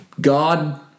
God